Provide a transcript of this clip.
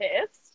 pissed